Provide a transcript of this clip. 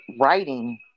writing